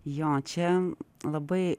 jo čia labai